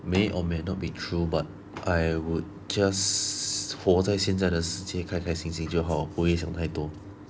may or may not be true but I would just 活在现在的世界开开心心就好不会想太多